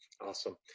Awesome